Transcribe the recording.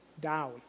down